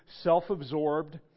self-absorbed